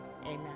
Amen